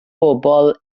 bobl